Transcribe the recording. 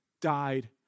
died